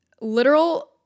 literal